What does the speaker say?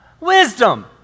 Wisdom